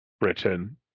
Britain